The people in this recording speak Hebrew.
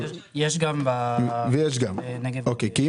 יש גם בנגב ובגליל.